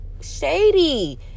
shady